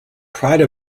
pride